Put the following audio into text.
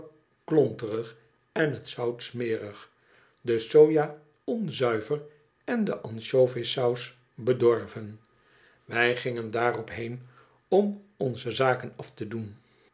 klonterig en het zout smerig de soja onzuiver en do ansjovissaus bedorven wij gingen daarop heen om onze zaken af te doen